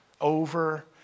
over